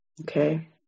Okay